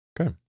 Okay